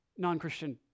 Non-Christian